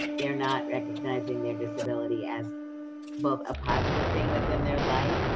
they're not recognizing their disability as both a positive thing within their life,